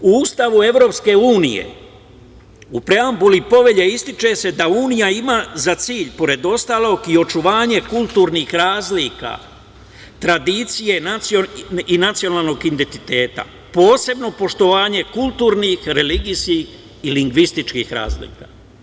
U Ustavu EU, u preambuli povelje ističe se da Unija ima za cilj, pored ostalog, i očuvanje kulturnih razlika, tradicije i nacionalnog identiteta, posebno poštovanje kulturnih, religijskih i lingvističkih razlika.